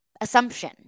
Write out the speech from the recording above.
assumption